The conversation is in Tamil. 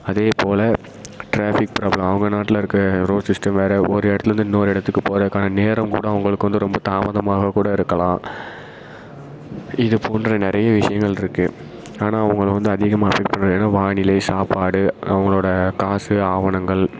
அதேபோல் ட்ராஃபிக் ப்ராப்ளம் அவங்க நாட்டில் இருக்க ரோட் சிஸ்டம் வேறு ஒரு இடத்துலேருந்து இன்னொரு இடத்துக்கு போகறக்கான நேரம் கூட அவங்களுக்கு வந்து ரொம்ப தாமதமாக கூட இருக்கலாம் இது போன்று நிறைய விஷயங்கள் இருக்கு ஆனால் அவங்கள வந்து அதிகமாக அஃபெக்ட் பண்ணுறதுன்னா வானிலை சாப்பாடு அவங்களோட காசு ஆவணங்கள்